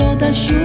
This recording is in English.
ah this